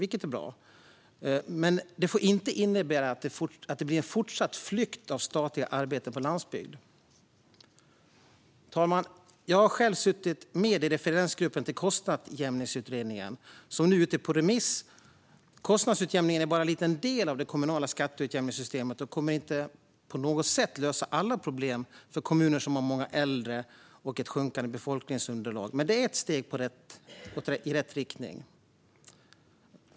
Detta är bra, men det får inte innebära att det blir en fortsatt flykt av statliga arbeten på landsbygd. Fru talman! Jag har själv suttit med i referensgruppen till den kostnadsutjämningsutredning som nu är ute på remiss. Kostnadsutjämningen är bara en liten del av det kommunala skatteutjämningssystemet och kommer inte på något sätt att lösa alla problem för kommuner som har många äldre och ett sjunkande befolkningsunderlag, men det är ett steg i rätt riktning.